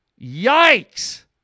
yikes